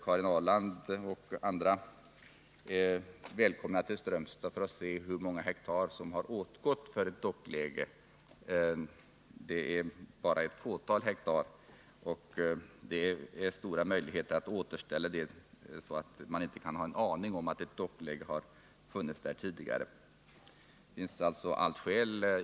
Karin Ahrland och andra är välkomna till Strömstad för att se hur många hektar som har åtgått för ett dockläge. Det är bara ett fåtal hektar. Det finns stora möjligheter att återställa området så att man inte har en aning om att ett dockläge har funnits där tidigare.